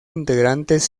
integrantes